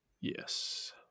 Yes